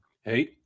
Hey